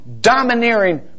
domineering